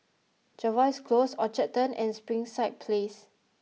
Jervois Close Orchard Turn and Springside Place